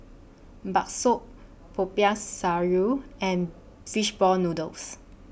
Bakso Popiah Sayur and Fishball Noodles